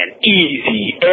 easy